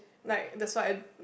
like that's why I